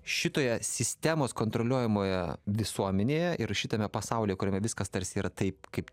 šitoje sistemos kontroliuojamoje visuomenėje ir šitame pasaulyje kuriame viskas tarsi yra taip kaip